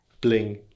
Bling